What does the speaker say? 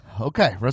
Okay